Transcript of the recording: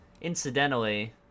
incidentally